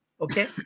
Okay